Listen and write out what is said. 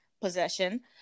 possession